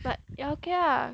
but ya okay ah